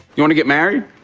you want to get married?